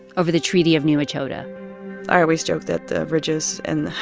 over the treaty of new echota i always joke that the ridges and